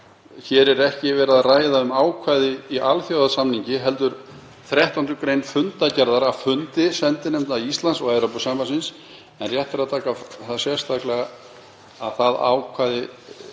hér er ekki um að ræða „ákvæði í alþjóðasamningi“ heldur 13. gr. fundargerðar af fundi sendinefnda Íslands og Evrópusambandsins, en rétt er að taka sérstaklega upp það ákvæði